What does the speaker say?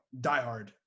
diehard